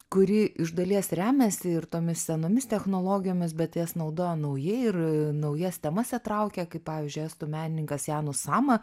kuri iš dalies remiasi ir tomis senomis technologijomis bet jas naudoja naujai ir naujas temas įtraukia kaip pavyzdžiui estų menininkas janus sama